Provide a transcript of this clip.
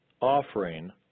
offering